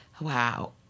Wow